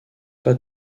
pas